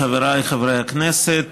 חבריי חברי הכנסת,